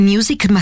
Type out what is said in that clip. Music